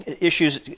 issues